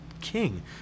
king